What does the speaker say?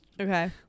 Okay